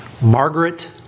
Margaret